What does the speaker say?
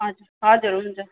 हजुर हजुर हुन्छ